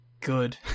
Good